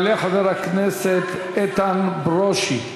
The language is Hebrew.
יעלה חבר הכנסת איתן ברושי.